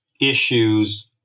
issues